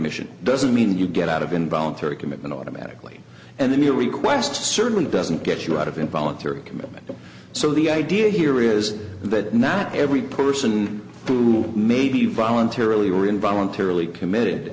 admission doesn't mean you get out of involuntary commitment automatically and then the request certainly doesn't get you out of involuntary commitment so the idea here is that not every person who may be voluntarily or involuntarily committed